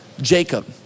Jacob